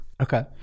Okay